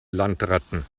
landratten